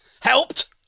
helped